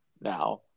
now